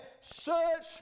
Search